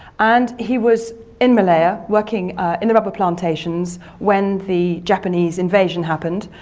and he was in malaya working in the rubber plantations when the japanese invasion happened.